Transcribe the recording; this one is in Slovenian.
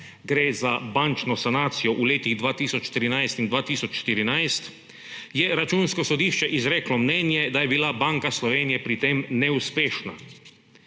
gre za bančno sanacijo v letih 2013 in 2014, je Računsko sodišče izreklo mnenje, da je bila Banka Slovenije pri tem neuspešna.